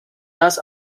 das